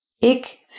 Ik